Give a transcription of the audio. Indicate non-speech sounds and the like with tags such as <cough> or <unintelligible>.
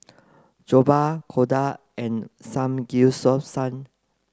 Jokbal Dhokla and Samgeyopsal <unintelligible>